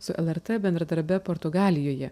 su lrt bendradarbe portugalijoje